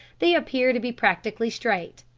they appear to be practically straight.